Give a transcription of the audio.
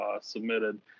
submitted